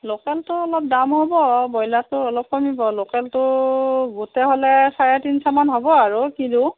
লোকেলটো অলপ দাম হ'ব ব্ৰইলাৰটো অলপ কমিব লোকেলটো গোটেই হ'লে চাৰে তিনিশমান হ'ব আৰু কিলো